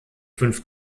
fünf